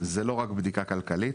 זה לא רק בדיקה כלכלית,